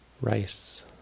rice